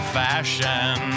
fashion